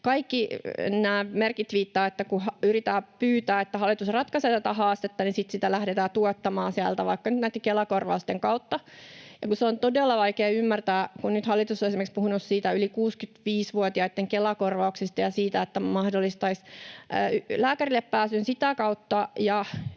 kaikki nämä merkit viittaavat. Kun yritetään pyytää, että hallitus ratkaisee tätä haastetta, niin sitä lähdetään tuottamaan vaikka nyt näitten Kela-korvausten kautta, ja sitä on todella vaikea ymmärtää. Hallitus on nyt esimerkiksi puhunut yli 65-vuotiaitten Kela-korvauksista ja siitä, että mahdollistaisi lääkärille pääsyn sitä kautta,